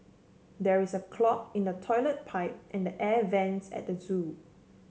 there is a clog in the toilet pipe and air vents at the zoo